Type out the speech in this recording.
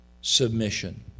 submission